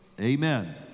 Amen